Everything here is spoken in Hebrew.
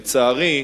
לצערי,